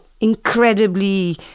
incredibly